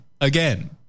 Again